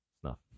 Snuff